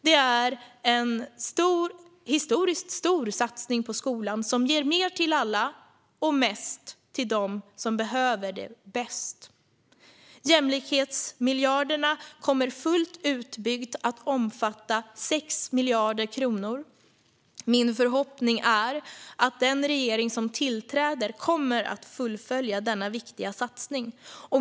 Det är en historiskt stor satsning på skolan som ger mer till alla och mest till dem som behöver det bäst. Jämlikhetsmiljarderna kommer, när detta är fullt utbyggt, att omfatta 6 miljarder kronor. Min förhoppning är att den regering som tillträder kommer att fullfölja denna viktiga satsning.